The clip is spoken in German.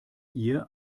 ihr